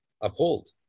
uphold